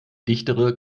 dichtere